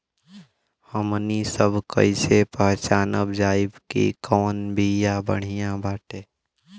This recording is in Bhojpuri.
हमनी सभ कईसे पहचानब जाइब की कवन बिया बढ़ियां बाटे?